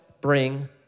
bring